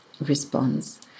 response